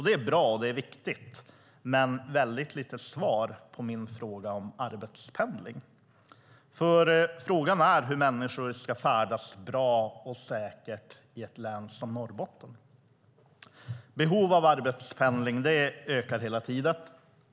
Det är bra och viktigt, men det är väldigt lite svar på min fråga om arbetspendling. Frågan är nämligen hur människor ska färdas bra och säkert i ett län som Norrbotten. Behovet av arbetspendling ökar hela tiden.